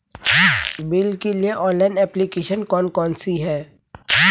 Bill के लिए online application कौन कौन सी हैं?